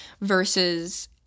versus